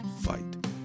fight